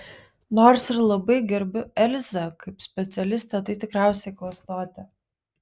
nors ir labai gerbiu elzę kaip specialistę tai tikriausiai klastotė